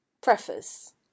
Preface